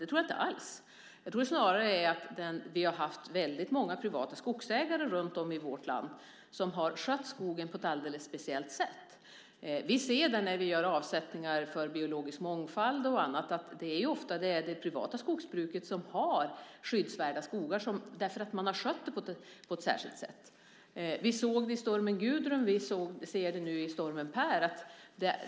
Det är nog snarare så att vi har haft väldigt många privata skogsägare runtom i vårt land som har skött skogen på ett alldeles speciellt sätt. Det ser vi när vi gör avsättningar för biologisk mångfald och annat. Det är ofta det privata skogsbruket som har skyddsvärda skogar eftersom man har skött dem på ett särskilt sätt. Vi såg det i samband med stormen Gudrun och nu med stormen Per.